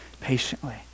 patiently